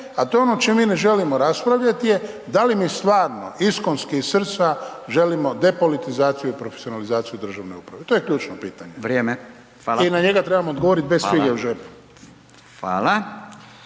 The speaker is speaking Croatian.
a to je ono o čemu mi ne želimo raspravljati je da li mi stvarno, iskonski iz srca želimo depolitizaciju i profesionalizaciju državne uprave. I to je ključno pitanje. I na njega trebamo odgovoriti bez fige u džepu.